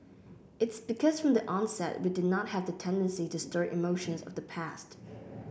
it's because from the onset we did not have the tendency to stir emotions of the past